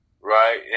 right